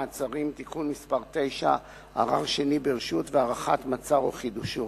מעצרים) (תיקון מס' 9) (ערר שני ברשות והארכת מעצר או חידושו),